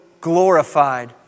glorified